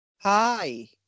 Hi